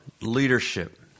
leadership